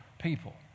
people